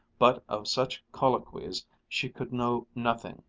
but of such colloquies she could know nothing,